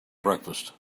breakfast